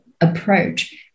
approach